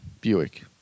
Buick